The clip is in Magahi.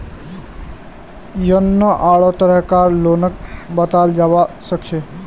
यन्ने आढ़ो तरह कार लोनक बताल जाबा सखछे